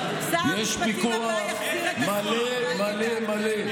יש פיקוח מלא מלא מלא.